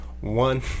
One